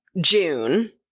June